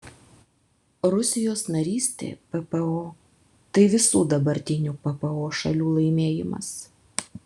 rusijos narystė ppo tai ir visų dabartinių ppo šalių laimėjimas